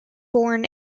born